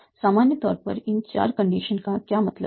सामान्य तौर पर इन चार कंडीशन का क्या मतलब है